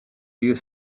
you